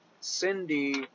cindy